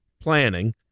planning